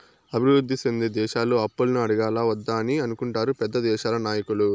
అభివృద్ధి సెందే దేశాలు అప్పులను అడగాలా వద్దా అని అనుకుంటారు పెద్ద దేశాల నాయకులు